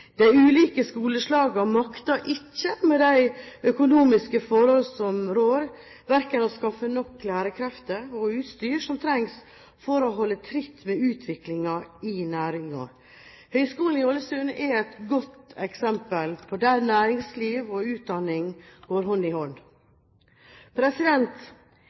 ulike skoleslagene makter ikke med de økonomiske forhold som rår, verken å skaffe nok lærekrefter og utstyr som trengs for å holde tritt med utviklingen i næringen. Høgskolen i Ålesund er et godt eksempel på at næringsliv og utdanning går hånd i